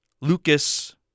Lucas